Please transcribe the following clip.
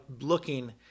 looking